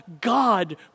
God